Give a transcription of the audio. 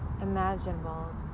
imaginable